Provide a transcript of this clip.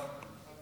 לא רק הדרוזים.